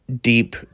deep